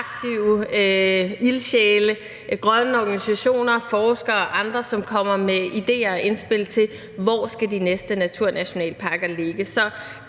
ildsjæle, grønne organisationer, forskere og andre, som kommer med idéer og indspil til, hvor de næste naturnationalparker skal ligge.